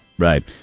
Right